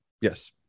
yes